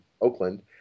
Oakland